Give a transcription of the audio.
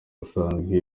ubusanzwe